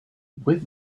with